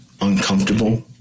uncomfortable